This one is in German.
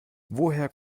woher